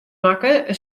makke